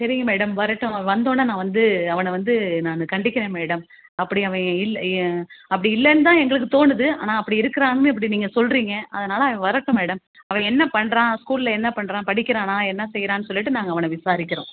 சரிங்க மேடம் வரட்டும் அவன் வந்தவொடனே நான் வந்து அவனை வந்து நான் கண்டிக்கிறேன் மேடம் அப்படி அவன் இல்லை அப்படி இல்லைன்னு தான் எங்களுக்கு தோணுது ஆனால் அப்படி இருக்கிறான்னு அப்படி நீங்கள் சொல்கிறீங்க அதனால் அவன் வரட்டும் மேடம் அவன் என்ன பண்ணுறான் ஸ்கூலில் என்ன பண்ணுறான் படிக்கிறானா என்ன செய்கிறான்னு சொல்லிட்டு நாங்கள் அவனை விசாரிக்கிறோம்